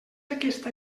aquesta